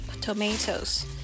tomatoes